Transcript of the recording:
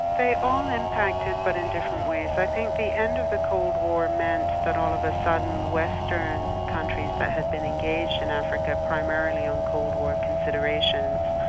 they all impacted, but in different ways. i think the end of the cold war meant that all of a sudden western countries that had been engaged in africa primarily on cold war considerations,